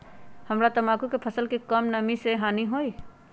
हमरा तंबाकू के फसल के का कम नमी से हानि होई?